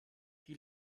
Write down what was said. die